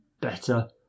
better